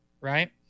right